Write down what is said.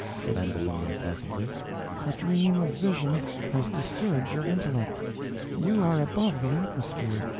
said ambulinia, pleasantly a dream of vision has disturbed your intellect you are above the atmosphere,